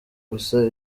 gusa